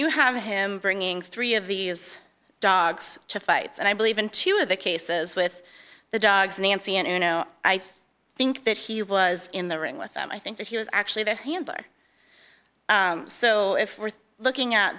you have him bringing three of these dogs to fights and i believe in two of the cases with the dogs nancy and you know i think that he was in the ring with them i think that he was actually the handler so if we're looking at